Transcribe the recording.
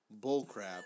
bullcrap